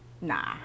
nah